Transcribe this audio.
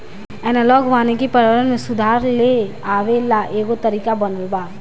analogue वानिकी पर्यावरण में सुधार लेआवे ला एगो तरीका बनल बा